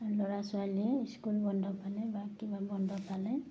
আৰু ল'ৰা ছোৱালীয়ে স্কুল বন্ধ পালে বা কিবা বন্ধ পালে